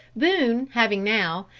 boone having now,